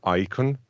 icon